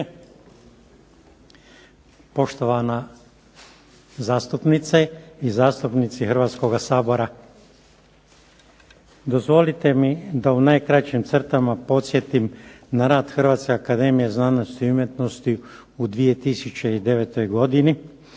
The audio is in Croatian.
poštovane zastupnice i zastupnici Hrvatskoga sabora. Dozvolite mi da u najkraćim crtama podsjetit na rad Hrvatske akademije znanosti i umjetnosti u 2009. godini,